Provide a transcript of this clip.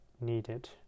needed